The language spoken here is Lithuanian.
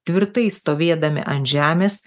tvirtai stovėdami ant žemės